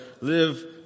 live